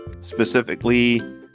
specifically